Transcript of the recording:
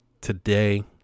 today